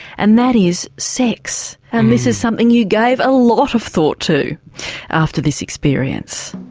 and that is sex, and this is something you gave a lot of thought to after this experience.